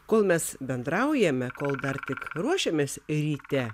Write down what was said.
kol mes bendraujame kol dar tik ruošiamės ryte